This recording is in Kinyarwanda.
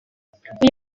uyu